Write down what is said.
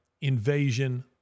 invasion